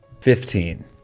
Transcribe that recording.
Fifteen